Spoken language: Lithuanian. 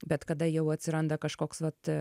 bet kada jau atsiranda kažkoks vat